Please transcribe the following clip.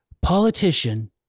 politician